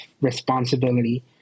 responsibility